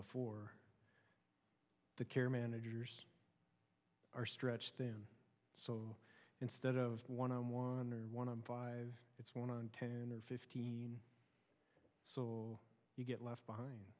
before the care managers are stretched thin so instead of one on one or one of five it's one ontarian or fifteen so you get left behind